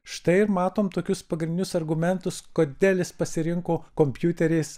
štai ir matom tokius pagrindinius argumentus kodėl jis pasirinko kompiuteris